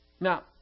Now